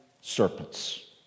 serpents